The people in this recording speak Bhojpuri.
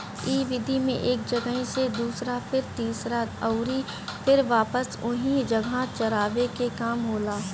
इ विधि में एक जगही से दूसरा फिर तीसरा अउरी फिर वापस ओही जगह पे चरावे के काम होला